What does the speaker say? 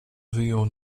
wyjął